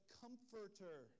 comforter